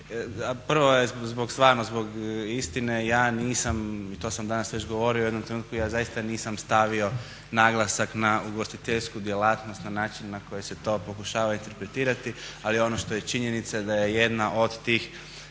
stvarano zbog istine. Ja nisam, i to sam danas već govorio u jednom trenutku, ja zaista nisam stavio naglasak na ugostiteljsku djelatnost na način na koji se to pokušava interpretirati, ali ono što je činjenica je da je jedna od tih